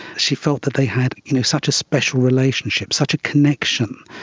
she felt that they had you know such a special relationship, such a connection,